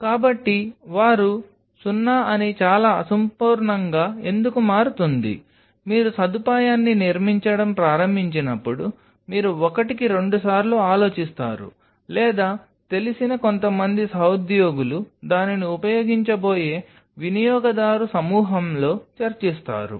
కాబట్టి వారు 0 అని చాలా అసంపూర్ణంగా ఎందుకు మారుతుంది మీరు సదుపాయాన్ని నిర్మించడం ప్రారంభించినప్పుడు మీరు ఒకటికి రెండుసార్లు ఆలోచిస్తారు లేదా తెలిసిన కొంతమంది సహోద్యోగులు దానిని ఉపయోగించబోయే వినియోగదారు సమూహంలో చర్చిస్తారు